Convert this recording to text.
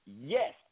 yes